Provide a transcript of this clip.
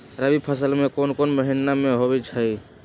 रबी फसल कोंन कोंन महिना में होइ छइ?